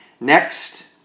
next